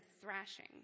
thrashing